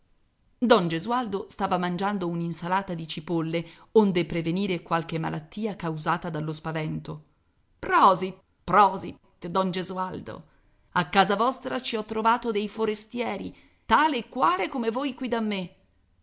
don gesualdo stava mangiando una insalata di cipolle onde prevenire qualche malattia causata dallo spavento prosit prosit don gesualdo a casa vostra ci ho trovato dei forestieri tale e quale come voi qui da me